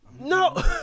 No